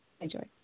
Enjoy